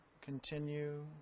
continue